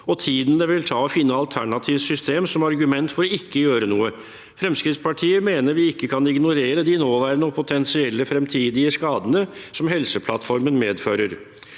og tiden det vil ta å finne alternative systemer – som argument for ikke å gjøre noe. Fremskrittspartiet mener vi ikke kan ignorere de nåværende og potensielle fremtidige skadene som Helseplattformen medfører.